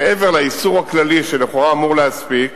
מעבר לאיסור הכללי, שלכאורה אמור להספיק,